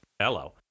Hello